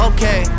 Okay